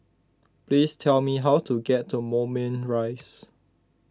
please tell me how to get to Moulmein Rise